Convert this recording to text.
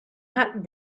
hat